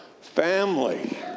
family